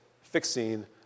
Fixing